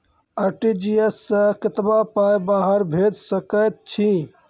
RTGS सअ कतबा पाय बाहर भेज सकैत छी?